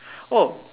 oh